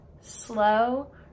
slow